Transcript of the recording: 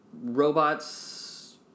robots